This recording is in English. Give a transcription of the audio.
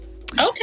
okay